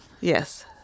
Yes